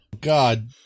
God